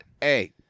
Hey